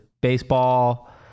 baseball